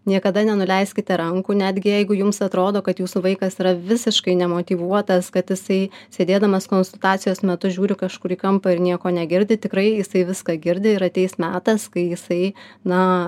niekada nenuleiskite rankų netgi jeigu jums atrodo kad jūsų vaikas yra visiškai nemotyvuotas kad jisai sėdėdamas konsultacijos metu žiūri kažkur į kampą ir nieko negirdi tikrai jisai viską girdi ir ateis metas kai jisai na